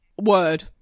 Word